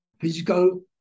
physical